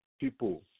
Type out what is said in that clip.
people